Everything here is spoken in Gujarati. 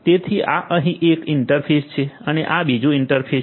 તેથી આ અહીં એક ઈન્ટરફેસ છે અને આ બીજું ઈન્ટરફેસ છે